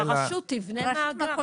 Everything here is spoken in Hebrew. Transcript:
שהרשות תבנה מאגר.